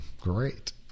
great